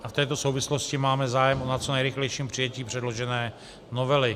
V této souvislosti máme zájem na co nejrychlejším přijetí předložené novely.